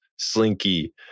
Slinky